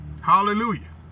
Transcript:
Hallelujah